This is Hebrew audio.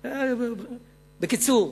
בקיצור,